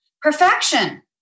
perfection